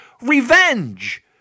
revenge